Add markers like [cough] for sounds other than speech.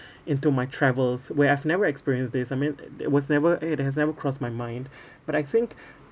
[breath] into my travels where I've never experienced this I mean there there was never it has never crossed my mind [breath] but I think